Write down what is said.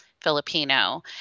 Filipino